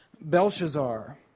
Belshazzar